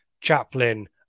Chaplin